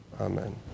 Amen